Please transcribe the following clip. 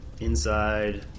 inside